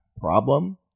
problem